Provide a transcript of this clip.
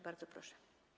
Bardzo proszę.